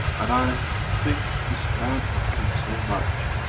and i think this man has seen so much!